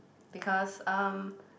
because um